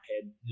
head